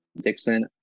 Dixon